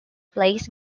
plays